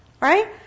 right